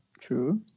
True